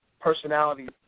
Personality